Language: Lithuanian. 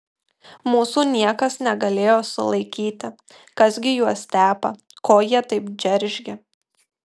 mūsų niekas negalėjo sulaikyti kas gi juos tepa ko jie taip džeržgia